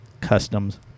Customs